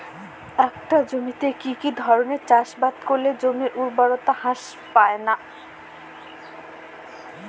একটা জমিতে কি কি ধরনের চাষাবাদ করলে জমির উর্বরতা হ্রাস পায়না?